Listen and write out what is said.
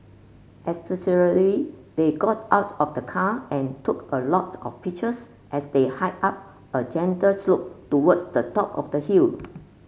they got out of the car and took a lot of pictures as they hiked up a gentle slope towards the top of the hill